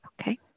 Okay